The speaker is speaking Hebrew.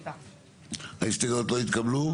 ההסתייגויות לא התקבלו.